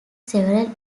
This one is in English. several